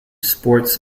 sports